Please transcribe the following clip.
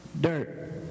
Dirt